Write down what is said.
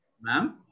Ma'am